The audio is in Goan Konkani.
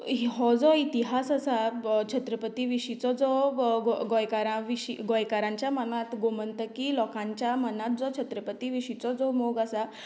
हो जो इतिहास आसा छत्रपती विशीचोच जो गोंय गोंयकारा विशीं गोंयकारांच्या मनांत गोमंतकी लोकांच्या मनांत जो छत्रपती विशींचो जो मोग आसा